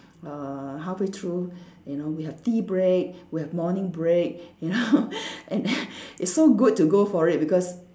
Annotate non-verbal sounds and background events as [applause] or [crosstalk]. uh half way through you know we have tea break we have morning break ya [laughs] and it's so good to go for it because